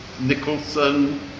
Nicholson